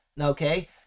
Okay